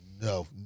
no